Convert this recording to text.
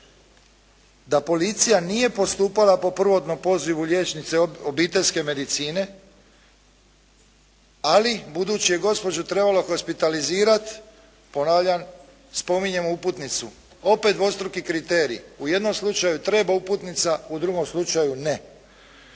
da policija nije postupala po prvotnom pozivu liječnice obiteljske medicine, ali budući je gospođu trebalo hospitalizirati, ponavljam spominjemo uputnicu. Opet dvostruki kriterij. U jednom slučaju treba uputnica, u drugom slučaju ne.